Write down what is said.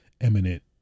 eminent